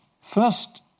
first